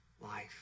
life